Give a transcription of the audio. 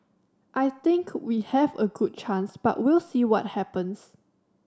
I think we have a good chance but we'll see what happens